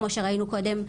כמו שראינו קודם,